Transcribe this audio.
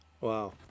Wow